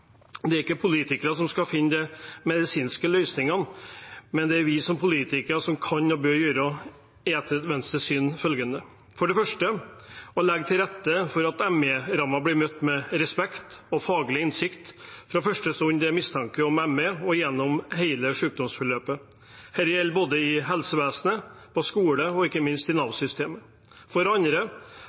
Det er ikke politikerne som skal finne de medisinske løsningene, men vi som politikere kan og bør gjøre følgende, etter Venstres syn: For det første vil vi legge til rette for at ME-rammede blir møtt med respekt og faglig innsikt fra første stund det er mistanke om ME, og gjennom hele sykdomsforløpet. Dette gjelder både i helsevesenet, skolen og ikke minst i Nav-systemet. For det andre